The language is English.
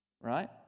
Right